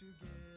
together